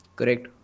Correct